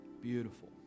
Beautiful